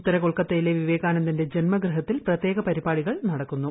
ഉത്തര ക്കൊൽക്ക്തയിലെ വിവേകാനന്ദന്റെ ജന്മഗൃഹത്തിൽ പ്രത്യേക പരിപ്പാടികൾ നടക്കുന്നുണ്ട്